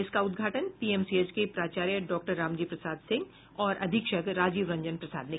इसका उद्घाटन पीएमसीएच के प्राचार्य डॉक्टर रामजी प्रसाद सिंह और अधीक्षक राजीव रंजन प्रसाद ने किया